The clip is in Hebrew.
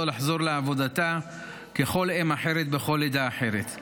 לחזור לעבודתה ככל אם אחרת בכל לידה אחרת.